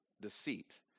deceit